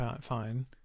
Fine